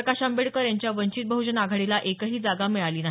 प्रकाश आंबेडकर यांच्या वंचित बहजन आघाडीला एकही जागा मिळाली नाही